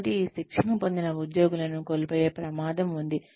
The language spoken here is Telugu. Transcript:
కాబట్టి ఈ శిక్షణ పొందిన ఉద్యోగులను కోల్పోయే ప్రమాదం ఉంది